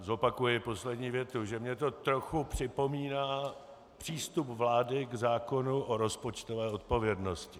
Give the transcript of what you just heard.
Zopakuji poslední větu, že mě to trochu připomíná přístup vlády k zákonu o rozpočtové odpovědnosti.